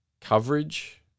coverage